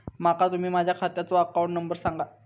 माका तुम्ही माझ्या खात्याचो अकाउंट नंबर सांगा?